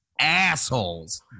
assholes